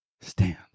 Stand